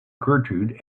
gertrude